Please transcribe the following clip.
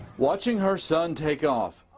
watching her son take off,